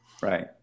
Right